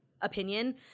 opinion